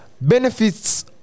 benefits